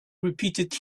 repeated